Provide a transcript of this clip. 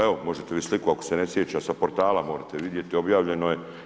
Evo, možete vidjeti sliku ako se ne sjeća sa portala možete vidjeti, objavljeno je.